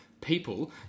people